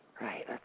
Right